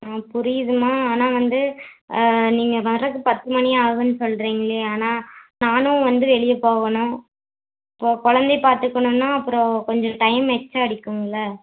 ஆ புரியுதும்மா ஆனால் வந்து நீங்கள் வர்றது பத்து மணி ஆகும்னு சொல்கிறீங்களே ஆனால் நானும் வந்து வெளியே போகணும் இப்போ குழந்தையை பார்த்துக்கணுன்னா அப்புறோம் கொஞ்சம் டைம் எக்ஸ்ட்ரா எடுக்கும்ல